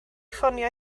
ffonio